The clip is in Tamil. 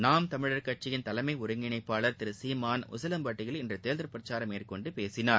நாம் தமிழர் கட்சின் தலைமை ஒருங்கிணைப்பாளர் திரு சீமான் உசிலம்பட்டியில் இன்று தேர்தல் பிரச்சாரம் மேற்கொண்டு பேசினார்